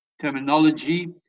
terminology